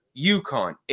UConn